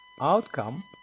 outcome